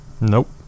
Nope